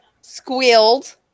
squealed